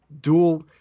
dual